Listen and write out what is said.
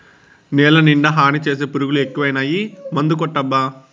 నేలనిండా హాని చేసే పురుగులు ఎక్కువైనాయి మందుకొట్టబ్బా